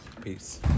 Peace